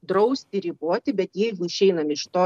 drausti riboti bet jeigu išeinam iš to